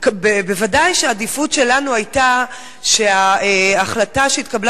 ודאי שהעדיפות שלנו היתה שההחלטה שהתקבלה